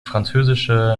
französische